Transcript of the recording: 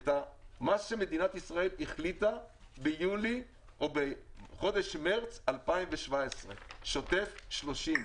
את מה שמדינת ישראל החליטה ביולי או בחודש מרץ 2017. שוטף 30,